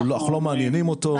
אנחנו לא מעניינים אותו.